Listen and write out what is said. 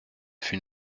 fus